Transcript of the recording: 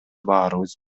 баарыбыз